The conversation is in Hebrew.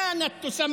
אם הסוף,